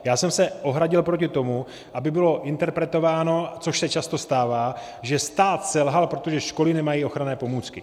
Já jsem se ohradil proti tomu, aby bylo interpretováno, což se často stává, že stát selhal, protože školy nemají ochranné pomůcky.